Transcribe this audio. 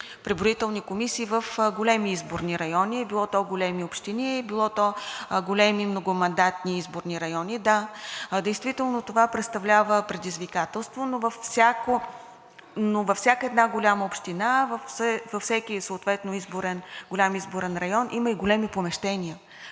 преброителни комисии в големи изборни райони – било то големи общини, било големи многомандатни изборни райони? Да, действително това представлява предизвикателство, но във всяка една голяма община, във всеки съответно голям изборен район има и големи помещения,